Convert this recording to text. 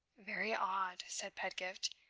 very odd, said pedgift,